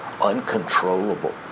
uncontrollable